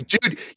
dude